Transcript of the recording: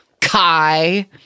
Kai